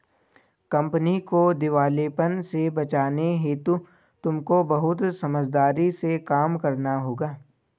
company को दिवालेपन से बचाने हेतु तुमको बहुत समझदारी से काम करना होगा